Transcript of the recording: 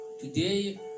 Today